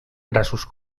grassos